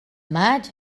maig